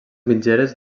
mitgeres